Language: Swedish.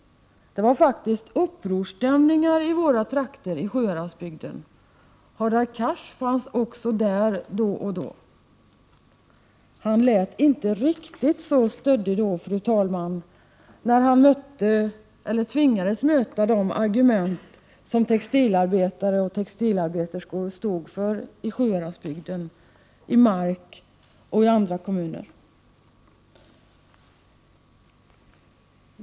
Då rådde faktiskt upprorsstämning i våra trakter i Sjuhäradsbygden. Hadar Cars kom dit då och då. Han lät inte riktigt så stöddig då, fru talman, då han tvingades möta de argument som textilarbetare och textilarbeterskor framförde i Sjuhäradsbygden, i Mark och i andra kommuner.